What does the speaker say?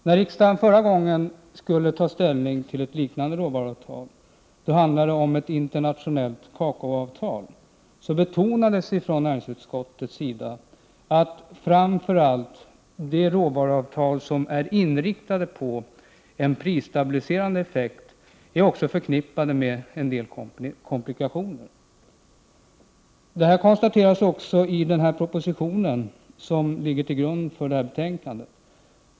När riksdagen förra gången skulle ta ställning till ett liknande råvaruavtal — det handlade om ett internationellt kakaoavtal — betonades från näringsutskottets sida att framför allt de råvaruavtal som är inriktade på en prisstabiliserande effekt också är förknippade med en del komplikationer. Detta konstateras även i den proposition som ligger till grund för det här betänkandet.